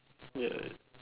ya